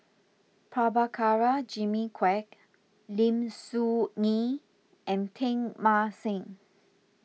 Prabhakara Jimmy Quek Lim Soo Ngee and Teng Mah Seng